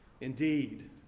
Indeed